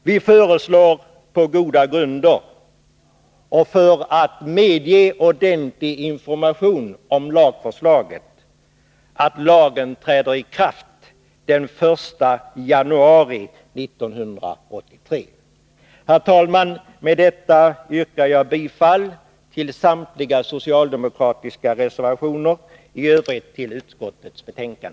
Vi föreslår på goda grunder — bl.a. för att möjliggöra en ordentlig information om lagförslaget — att lagen träder i kraft den 1 januari 1983. Herr talman! Med detta yrkar jag bifall till samtliga socialdemokratiska reservationer och i övrigt till utskottets hemställan.